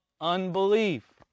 unbelief